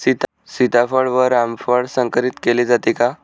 सीताफळ व रामफळ संकरित केले जाते का?